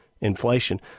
inflation